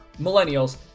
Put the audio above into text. millennials